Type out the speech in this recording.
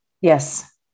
Yes